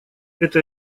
это